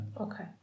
okay